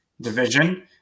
division